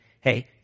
hey